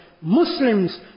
Muslims